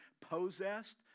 possessed